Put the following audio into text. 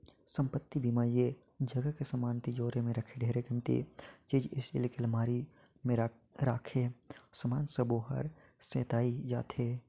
संपत्ति बीमा म ऐ जगह के समान तिजोरी मे राखे ढेरे किमती चीच स्टील के अलमारी मे राखे समान सबो हर सेंइताए जाथे